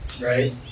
right